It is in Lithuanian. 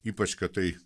ypač kad tai